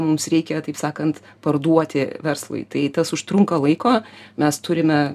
mums reikia taip sakant parduoti verslui tai tas užtrunka laiko mes turime